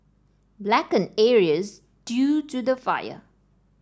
blackened areas due to the fire